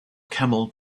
camel